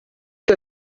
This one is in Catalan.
que